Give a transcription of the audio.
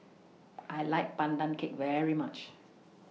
I like Pandan Cake very much